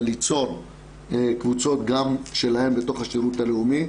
ליצור גם קבוצות שלהן בתוך השירות הלאומי.